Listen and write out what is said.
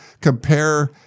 compare